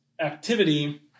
activity